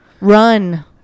run